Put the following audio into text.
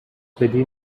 بدی